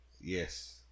Yes